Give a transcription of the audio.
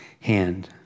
hand